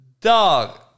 dog